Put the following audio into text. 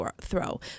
throw